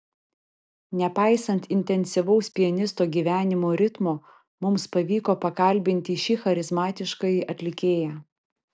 nepaisant intensyvaus pianisto gyvenimo ritmo mums pavyko pakalbinti šį charizmatiškąjį atlikėją